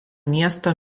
miesto